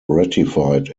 ratified